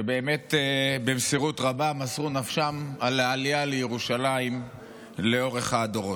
שבאמת במסירות רבה מסרו נפשם על העלייה לירושלים לאורך הדורות.